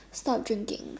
stop drinking